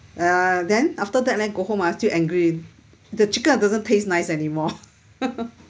ya then after that then I go home ah still angry the chicken ah doesn't taste nice anymore